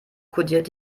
kodiert